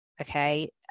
okay